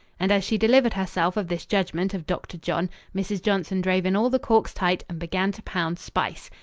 and as she delivered herself of this judgment of dr. john, mrs. johnson drove in all the corks tight and began to pound spice.